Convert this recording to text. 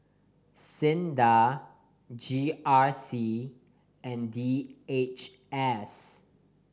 SINDA G R C and D H S